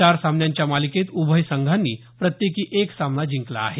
चार सामन्यांच्या मालिकेत उभय संघांनी प्रत्येकी एक सामना जिंकला आहे